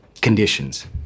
conditions